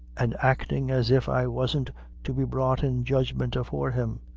an' actin' as if i wasn't to be brought in judgment afore him.